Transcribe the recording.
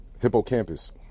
hippocampus